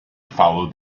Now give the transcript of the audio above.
follow